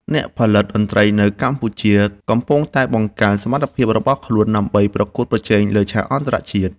អ្នកផលិតតន្ត្រីនៅកម្ពុជាកំពុងតែបង្កើនសមត្ថភាពរបស់ខ្លួនដើម្បីប្រកួតប្រជែងលើឆាកអន្តរជាតិ។